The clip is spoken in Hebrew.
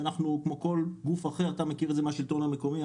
אתה מכיר את זה מהשלטון המקומי,